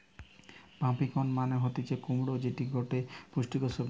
pumpkin মানে হতিছে কুমড়ো যেটি গটে পুষ্টিকর সবজি